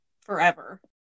forever